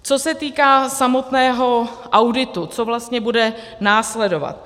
Co se týká samotného auditu, co vlastně bude následovat.